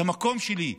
את המקום שלי,